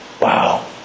Wow